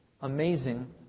amazing